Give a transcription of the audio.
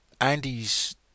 Andy's